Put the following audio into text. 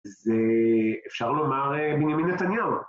זה אפשר לומר בנימין נתניהו